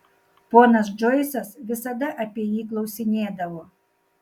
ponas džoisas visada apie jį klausinėdavo